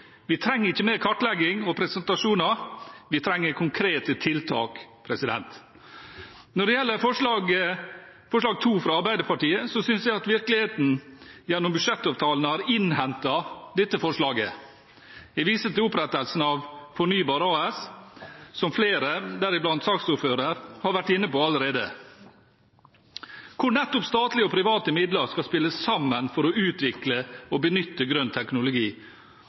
Vi trenger ikke mer kartlegging og presentasjoner. Vi trenger konkrete tiltak. Når det gjelder forslag nr. 2, fra Arbeiderpartiet, synes jeg at virkeligheten, gjennom budsjettavtalen, har innhentet dette forslaget. Jeg viser til opprettelsen av Fornybar AS – som flere, deriblant saksordføreren, har vært inne på allerede – hvor nettopp statlige og private midler skal spille sammen for å utvikle og benytte grønn teknologi.